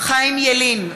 חיים ילין,